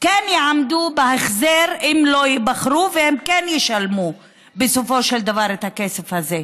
כן יעמדו בהחזר אם לא ייבחרו והם כן ישלמו בסופו של דבר את הכסף הזה.